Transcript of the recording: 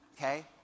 Okay